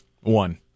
One